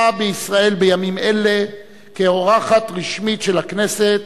בישראל בימים אלה כאורחת רשמית של הכנסת,